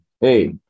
hey